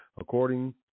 according